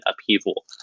upheaval